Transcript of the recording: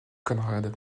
conrad